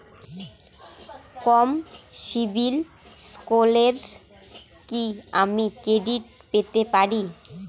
কম সিবিল স্কোরে কি আমি ক্রেডিট পেতে পারি?